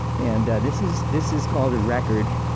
and this is this is called a record.